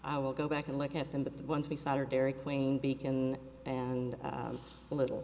i will go back and look at them but the ones we saw her dairy queen beacon and a little